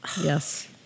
Yes